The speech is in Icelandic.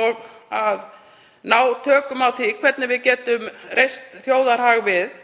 og að ná tökum á því hvernig við getum reist þjóðarhag við.